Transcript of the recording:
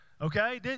Okay